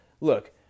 Look